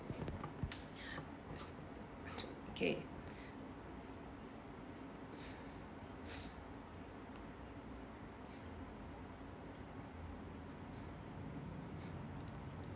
okay